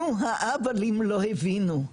נו האהבלים לא הבינו,